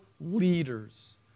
leaders